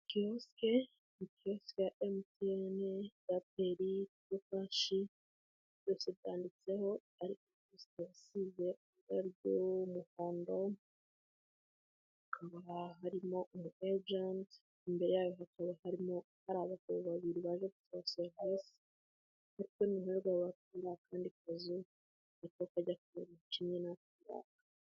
Kiosk ni kiosk ya mtn eraperi fish byose byanditseho aristati isize ibara ry'umuhondo harimo umu agent imbere ya hapoba harimo hari abagabo babiri bari bafite aba serivice kuko niha bakunda akandi kazi akakajya kucayini.